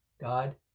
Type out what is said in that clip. God